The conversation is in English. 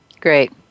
Great